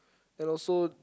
and also